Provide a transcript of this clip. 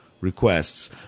requests